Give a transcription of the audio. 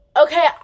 Okay